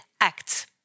act